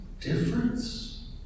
difference